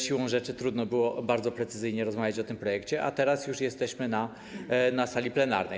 Siłą rzeczy trudno było bardzo precyzyjnie rozmawiać o tym projekcie, a teraz już jesteśmy na sali plenarnej.